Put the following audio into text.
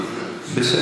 אני מבקש.